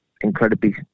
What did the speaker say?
incredibly